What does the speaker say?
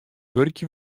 wurkje